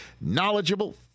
knowledgeable